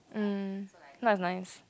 mm that was nice